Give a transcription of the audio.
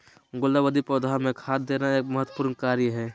गुलदाऊदी पौधा मे खाद देना एक महत्वपूर्ण कार्य हई